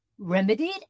Remedied